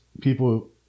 people